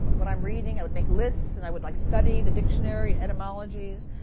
but what i'm reading. i would make lists, and i would like study the dictionary and etymologies,